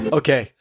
okay